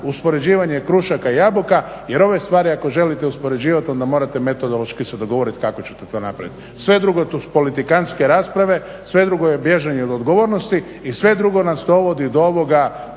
uspoređivanje krušaka i jabuka jer ove stvari ako želite uspoređivati onda morate metodološki se dogovoriti kako ćete to napraviti. Sve drugo to su politikantske rasprave, sve drugo je bježanje od odgovornosti i sve drugo nas dovodi do ovoga